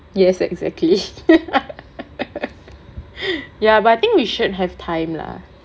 yes exactly but I think we should have time lah